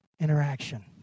interaction